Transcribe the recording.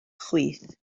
chwith